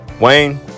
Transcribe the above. Wayne